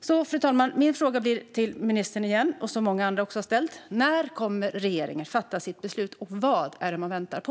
Så, fru talman, min fråga till miljöministern, som många andra också ställt, blir återigen: När kommer regeringen att fatta sitt beslut, och vad är det regeringen väntar på?